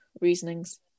reasonings